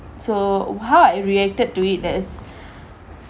so how I reacted to it is